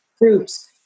groups